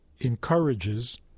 encourages